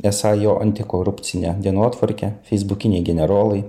esą jo antikorupcine dienotvarkė feisbukiniai generolai